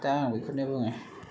दा आं बेखौनो बुङो